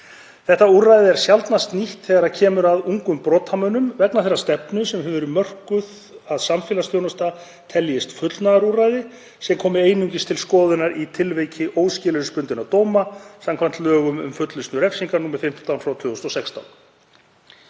Þetta úrræði er sjaldnast nýtt þegar kemur að ungum brotamönnum vegna þeirrar stefnu sem hefur verið mörkuð að samfélagsþjónusta teljist fullnustuúrræði sem komi einungis til skoðunar í tilviki óskilorðsbundinna dóma samkvæmt lögum um fullnustu refsinga, nr. 15/2016.